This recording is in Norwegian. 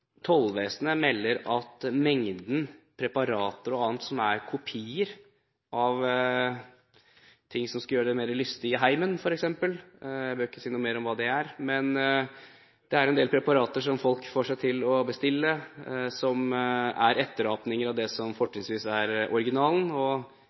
Tollvesenet melder om mengden preparater og annet som er kopier av ting som skal gjøre det mer lystig i heimen, f.eks. Jeg behøver ikke si noe mer om hva det er, men det er en del produkter som folk får seg til å bestille, som er etterapninger av det som